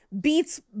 Beats